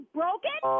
broken